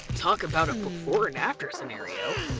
talk about a before and after scenario,